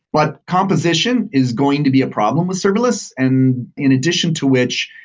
but composition is going to be a problem with serverless, and in addition to which,